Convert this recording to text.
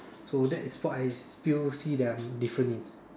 so that is what I feel see that I'm different in